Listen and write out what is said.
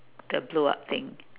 the blow up thing